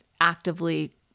actively